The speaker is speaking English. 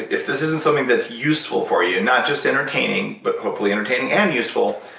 if this isn't something that's useful for you, not just entertaining, but hopefully entertaining and useful,